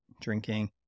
drinking